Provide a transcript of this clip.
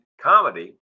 comedy